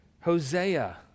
Hosea